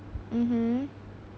mmhmm